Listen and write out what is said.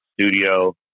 studio